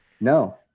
no